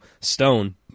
Stone